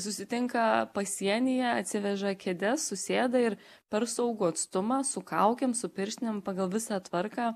susitinka pasienyje atsiveža kėdes susėda ir per saugų atstumą su kaukėm su pirštinėm pagal visą tvarką